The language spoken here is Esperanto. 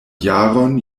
jaron